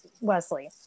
Wesley